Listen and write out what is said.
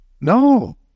no